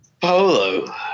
Polo